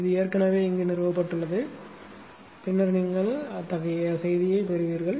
இது ஏற்கனவே இங்கே நிறுவப்பட்டுள்ளது பின்னர் நீங்கள் அத்தகைய செய்தியைப் பெறுவீர்கள்